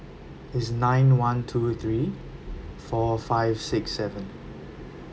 is nine one two three four five six seven